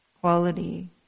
quality